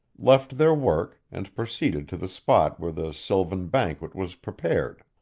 left their work, and proceeded to the spot where the sylvan banquet was prepared.